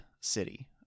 city